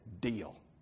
deal